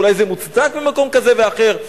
ואולי זה מוצדק במקום כזה ואחר,